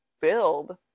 build